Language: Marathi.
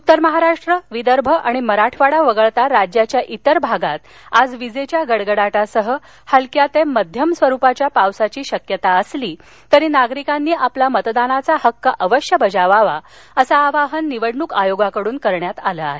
उत्तर महाराष्ट्र विदर्भ आणि मराठवाडा वगळता राज्याच्या बहतांश भागात आज विजेच्या गडगडाटासह हलक्या ते मध्यम स्वरूपाच्या पावसाची शक्यता असली तरी नागरिकांनी आपला मतदानाचा हक्क अवश्य बजावावा असं आवाहन निवडणूक आयोगाकडून करण्यात आलं आहे